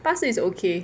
八十 is okay